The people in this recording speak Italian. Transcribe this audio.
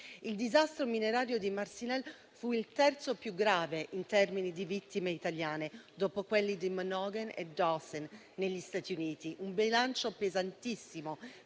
Il disastro minerario di Marcinelle fu il terzo più grave in termini di vittime italiane, dopo quelli di Monongah e di Dawson negli Stati Uniti, con un bilancio pesantissimo